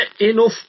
enough